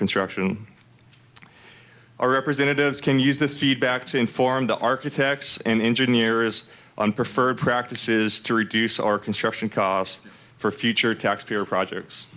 construction our representatives can use this feedback to inform the architects and engineers on preferred practices to reduce our construction costs for future tax fair projects